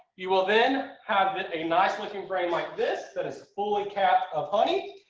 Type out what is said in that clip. you will then have a nice-looking frame like this that is fully capped of honey.